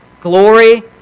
Glory